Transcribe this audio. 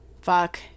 Fuck